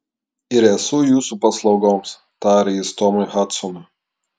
ir esu jūsų paslaugoms tarė jis tomui hadsonui